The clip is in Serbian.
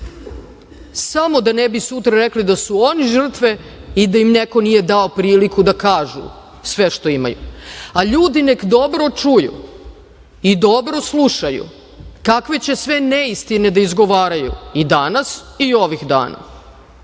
samo da ne bi sutra rekli da su oni žrtve i da im neko nije dao priliku da kažu sve što imaju, a ljudi neka dobro čuju i dobro slušaju kakve će sve neistine da izgovaraju i danas i ovih dana